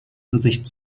ansicht